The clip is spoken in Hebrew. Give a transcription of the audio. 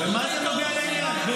במה זה נוגע לעניין?